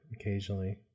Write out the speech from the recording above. occasionally